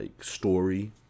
story